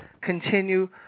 continue